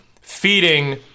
feeding